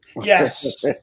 Yes